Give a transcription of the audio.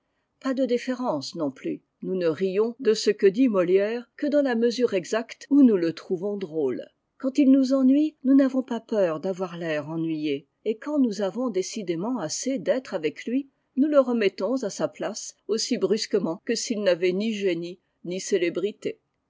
pas de déférence non plus nous ne rions de ce que dit molière que dans la mesure exacte où nous le trouvons drôle quand il nous ennuie nous n'avons pas peur d'avoir l'air ennuyé et quand nous avons décidément assez d'être avec lui nous le remettons à sa place aussibrusquement que s'il n'avait ni génie ni célébrité